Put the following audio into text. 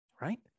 right